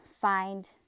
find